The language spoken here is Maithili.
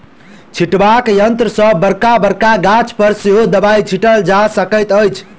छिटबाक यंत्र सॅ बड़का बड़का गाछ पर सेहो दबाई छिटल जा सकैत अछि